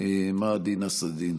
מהדי נסראלדין.